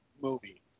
movie